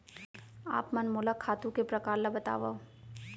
आप मन मोला खातू के प्रकार ल बतावव?